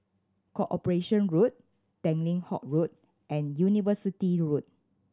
Corporation Road Tanglin Halt Road and University Road